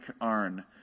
ARN